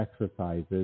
exercises